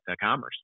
Commerce